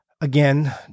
again